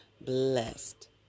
blessed